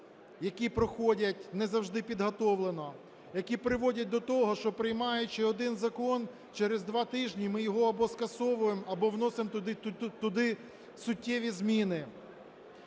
які проходять не завжди підготовлено, які приводять до того, що, приймаючи один закон, через два тижні ми його або скасовуємо, або вносимо туди суттєві зміни.